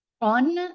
on